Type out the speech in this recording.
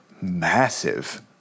massive